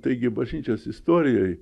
taigi bažnyčios istorijoj